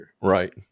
Right